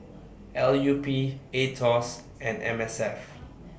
L U P Aetos and M S F